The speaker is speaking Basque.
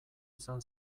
izan